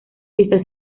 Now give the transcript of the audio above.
está